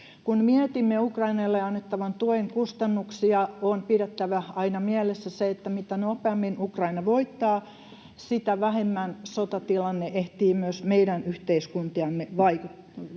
Kun mietimme Ukrainalle annettavan tuen kustannuksia, on pidettävä aina mielessä, että mitä nopeammin Ukraina voittaa, sitä vähemmän sotatilanne ehtii myös meidän yhteiskuntiamme vahingoittaa.